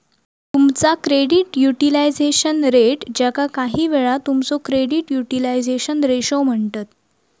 तुमचा credit utilisation rate, ज्याका काहीवेळा तुमचो क्रेडिट युटिलायझेशन रेशो म्हणतत